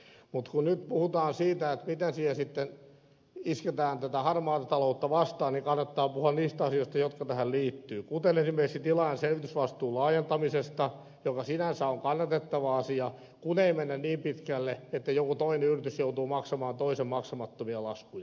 mutta kun nyt puhutaan siitä miten sitten isketään tätä harmaata taloutta vastaan niin kannattaa puhua niistä asioista jotka tähän liittyvät kuten esimerkiksi tilaajan selvitysvastuun laajentamisesta joka sinänsä on kannatettava asia kun ei mennä niin pitkälle että joku toinen yritys joutuu maksamaan toisen maksamattomia laskuja